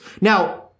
Now